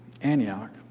Antioch